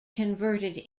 converted